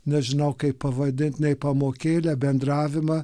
nežinau kaip pavadint nei pamokėlė bendravimą